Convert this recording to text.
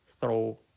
throw